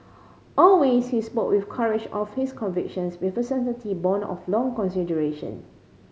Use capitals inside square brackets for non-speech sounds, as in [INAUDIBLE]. always he spoke with courage of his convictions with a [UNINTELLIGIBLE] born of long consideration